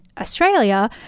Australia